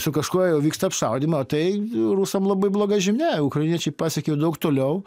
su kažkuo jau vyksta apšaudymą o tai rusam labai bloga žinia ukrainiečiai pasiekia jau daug toliau